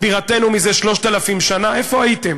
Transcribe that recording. בירתנו זה 3,000 שנה, איפה הייתם?